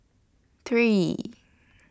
three